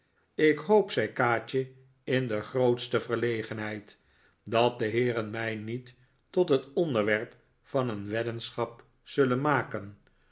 ik hoop zei kaatje in de grootste verlegenheid dat de heeren mij niet tot het onderwerp van een weddenschap zullen maken